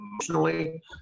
emotionally